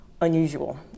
unusual